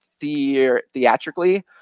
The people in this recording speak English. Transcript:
theatrically